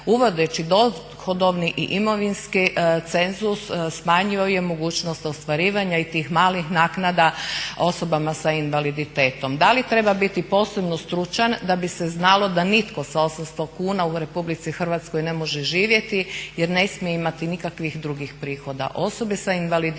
Uvodeći dohodovni i imovinski cenzus smanjio je mogućnost ostvarivanja i tih malih naknada osobama sa invaliditetom. Da li treba biti posebno stručan da bi se znalo da nitko sa 800 kn u RH ne može živjeti jer ne smije imati nikakvih drugih prihoda. Osobe sa invaliditetom